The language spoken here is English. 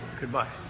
Goodbye